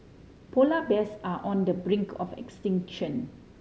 polar bears are on the brink of extinction